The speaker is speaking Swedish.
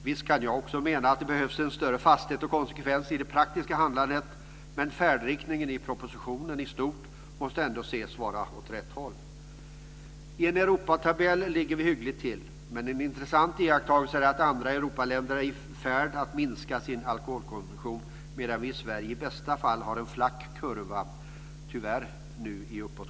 Visst kan jag också mena att det behövs en större fasthet och konsekvens i det praktiska handlandet, men färdriktningen i propositionen i stort måste ändå anses vara åt rätt håll. I en Europatabell ligger vi hyggligt till. Men en intressant iakttagelse är att andra europeiska länder är i färd med att minska sin alkoholkonsumtion, medan vi i Sverige i bästa fall har en flack kurva som nu tyvärr går uppåt.